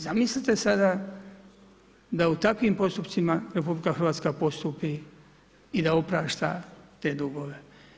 Zamislite sada, da u takvim postupcima, RH postupi i da oprašta te dugove.